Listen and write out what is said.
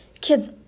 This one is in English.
Kids